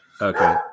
Okay